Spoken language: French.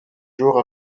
jours